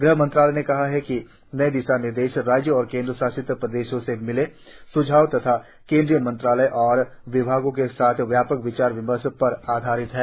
गृह मंत्रालय ने कहा है कि नए दिशा निर्देश राज्यों और केंद्रशासित प्रदेशों से मिले स्झावों तथा केंद्रीय मंत्रालयों और विभागों के साथ व्यापक विचार विमर्श पर आधारित हैं